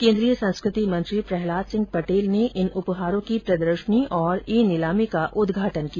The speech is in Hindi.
केन्द्रीय संस्कृति मंत्री प्रहलाद सिंह पटेल ने इन उपहारों की प्रदर्शनी और ई नीलामी का उद्घाटन किया